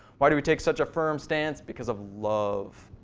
why do we take such a firm stance, because of love.